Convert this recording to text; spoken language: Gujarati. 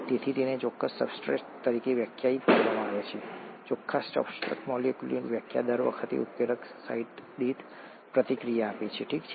તેથી તેને ચોખ્ખા સબસ્ટ્રેટ તરીકે વ્યાખ્યાયિત કરવામાં આવે છે ચોખ્ખા સબસ્ટ્રેટ મોલેક્યુલ્સની સંખ્યા દર વખતે ઉત્પ્રેરક સાઇટ દીઠ પ્રતિક્રિયા આપે છે ઠીક છે